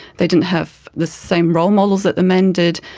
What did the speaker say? they didn't have the same role models that the men did,